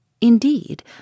Indeed